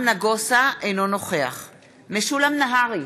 אינו נוכח משולם נהרי,